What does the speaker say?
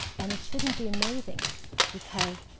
and it shouldn't be amazing because